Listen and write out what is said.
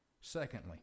Secondly